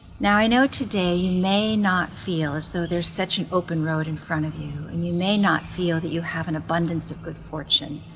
now i know today you may not feel as though there's such an open road in front of you and you may not feel that you have an abundance of good fortune.